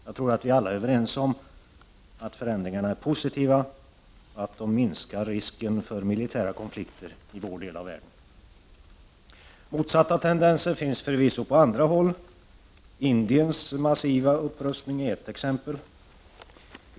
Jag tror att vi alla är överens om att förändringarna är positiva och att de minskar risken för militära konflikter i vår del av världen. Motsatta tendenser finns förvisso på andra håll. Indiens massiva upprustning är ett exempel.